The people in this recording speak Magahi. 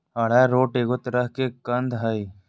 अरारोट एगो तरह के कंद हइ